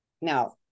Now